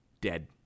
dead